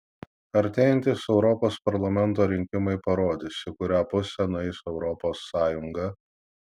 artėjantys europos parlamento rinkimai parodys į kurią pusę nueis europos sąjunga